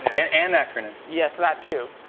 and an acronym. yes, that too.